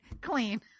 clean